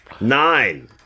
Nine